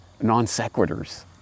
non-sequiturs